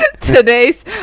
Today's